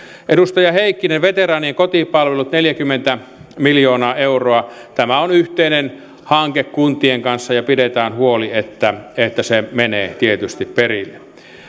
edustaja heikkinen veteraanien kotipalvelut neljäkymmentä miljoonaa euroa tämä on yhteinen hanke kuntien kanssa ja pidetään tietysti huoli että se menee perille